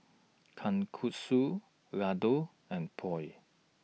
Kalguksu Ladoo and Pho